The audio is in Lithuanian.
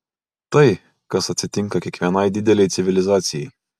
tai kas atsitinka kiekvienai didelei civilizacijai